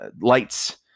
lights